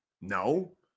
No